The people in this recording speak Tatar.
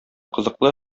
кызыклы